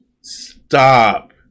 Stop